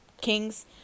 Kings